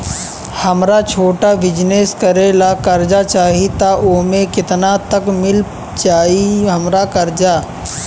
हमरा छोटा बिजनेस करे ला कर्जा चाहि त ओमे केतना तक मिल जायी हमरा कर्जा?